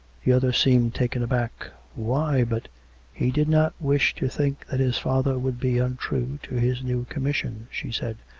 the other seemed taken aback. why, but he did not wish to think that his father would be un true to his new commission, she said,